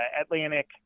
Atlantic